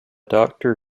doctor